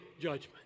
judgment